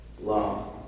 love